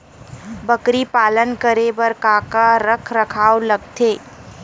बकरी पालन करे बर काका रख रखाव लगथे?